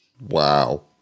wow